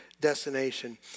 destination